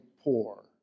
poor